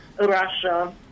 Russia